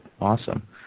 Awesome